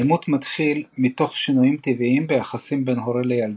העימות מתחיל מתוך שינויים טבעיים ביחסים בין הורה לילדו,